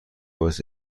باعث